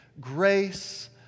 grace